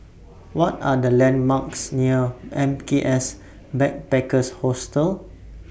What Are The landmarks near M K S Backpackers Hostel